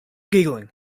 giggling